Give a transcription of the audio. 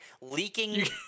leaking